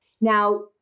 Now